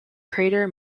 crater